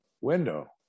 window